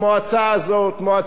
מועצה לערוץ-2,